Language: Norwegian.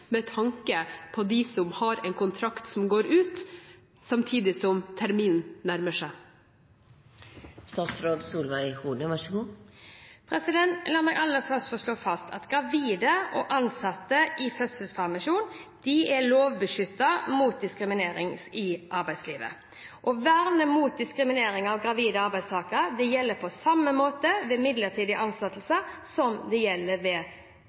med tanke på dem som har en kontrakt som går ut samtidig som terminen nærmer seg? La meg aller først få slå fast at gravide og ansatte i fødselspermisjon er lovbeskyttet mot diskriminering i arbeidslivet, og vernet mot diskriminering av gravide arbeidstakere gjelder på samme måte ved midlertidige ansettelser som ved faste stillinger. Så jeg mener at lovverket vårt er godt. Det